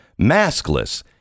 maskless